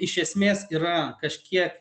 iš esmės yra kažkiek